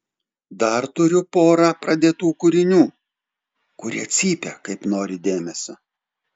dar turiu porą pradėtų kūrinių kurie cypia kaip nori dėmesio